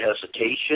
hesitation